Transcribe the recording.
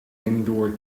indoor